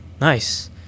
nice